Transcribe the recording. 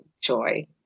joy